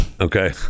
okay